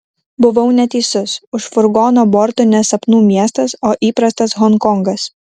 buvau neteisus už furgono bortų ne sapnų miestas o įprastas honkongas